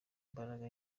mbaraga